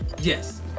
yes